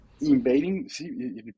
invading